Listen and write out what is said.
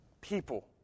people